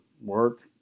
work